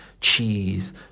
cheese